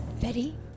Betty